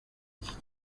iki